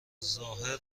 ظاهر